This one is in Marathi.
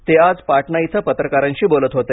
ते आज पाटणा इथं पत्रकारांशी बोलत होते